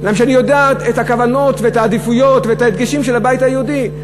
אני יודע את הכוונות ואת העדיפויות ואת ההדגשים של הבית היהודי,